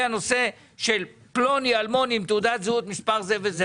הנושא של פלוני אלמוני עם תעודת זהות מספר כך וכך,